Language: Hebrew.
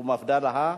מפד"ל החדשה.